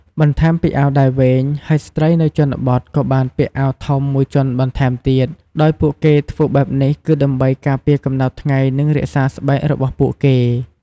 បន្ថែមពីអាដៃវែងហើយស្រ្តីនៅជនបទក៏បានពាក់អាវធំមួយជាន់បន្ថែមទៀត ដោយពួកគេធ្វើបែបនេះគឺដើម្បីការពារកម្ដៅថ្ងៃនិងរក្សាស្បែករបស់ពួកគេ។